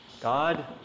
God